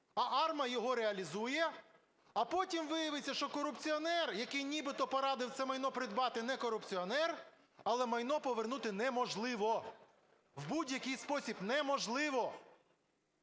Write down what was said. а АРМА його реалізує, а потім виявиться, що корупціонер, який нібито порадив це майно придбати, не корупціонер, але майно повернути неможливо, в будь-якій спосіб неможливо.